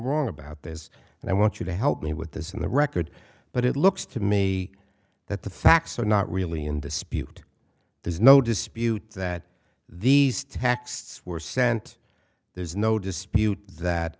wrong about this and i want you to help me with this in the record but it looks to me that the facts are not really in dispute there's no dispute that these texts were sent there's no dispute that